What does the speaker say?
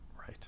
Right